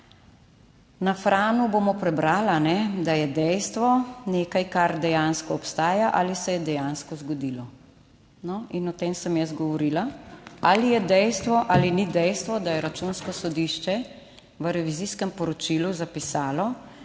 Na Franu bomo prebrali, da je dejstvo nekaj, kar dejansko obstaja ali se je dejansko zgodilo. No, in o tem sem jaz govorila. Ali je dejstvo ali ni dejstvo, da je Računsko sodišče v revizijskem poročilu zapisalo,